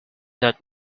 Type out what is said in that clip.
that